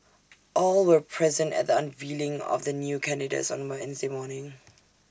all were present at the unveiling of the new candidates on Wednesday morning